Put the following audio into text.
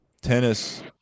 tennis